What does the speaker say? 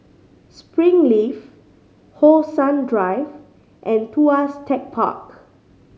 Springleaf How Sun Drive and Tuas Tech Park